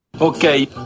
Okay